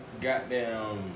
goddamn